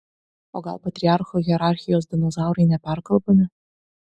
o gal patriarcho hierarchijos dinozaurai neperkalbami